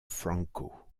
franco